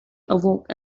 awoke